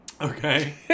Okay